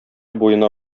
буена